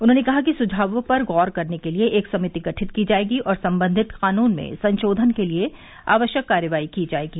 उन्होंने कहा कि सुझावों पर गौर करने के लिए एक समिति गठित की जायेगी और संबंधित कानून में संशोधन के लिए आवश्यक कार्रवाई की जायेगी